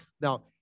Now